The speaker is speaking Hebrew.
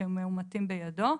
כשהם מאומתים בידו.